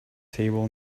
table